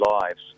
lives